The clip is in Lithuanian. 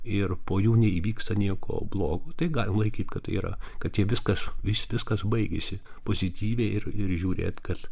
ir po jų neįvyksta nieko blogo tai galim laikyti kad yra kad jei viskas vis viskas baigėsi pozityviai ir ir žiūrėt kad